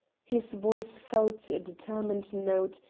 his voice fell to a determined note,